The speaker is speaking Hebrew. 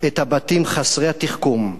/ את הבתים חסרי התחכום,